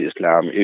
Islam